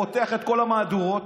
פותח את כל המהדורות,